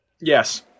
Yes